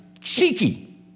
cheeky